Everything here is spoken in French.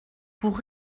pour